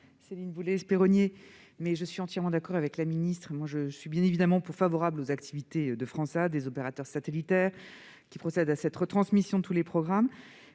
Céline Boulay-Espéronnier, mais je suis entièrement d'accord avec Mme la ministre. Je suis bien évidemment favorable aux activités des opérateurs satellitaires qui procèdent à la retransmission de tous les programmes